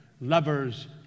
lovers